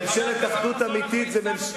ממשלת אחדות אמיתית עוד פעם הסיפורים.